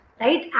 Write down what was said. right